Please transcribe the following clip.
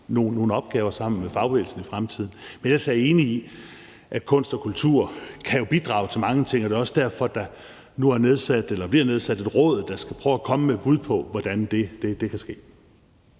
nogle opgaver sammen med fagbevægelsen i fremtiden. Men ellers er jeg enig i, at kunst og kultur jo kan bidrage til mange ting. Det er også derfor, der nu bliver nedsat et råd, der skal prøve at komme med bud på, hvordan det kan ske.